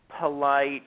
polite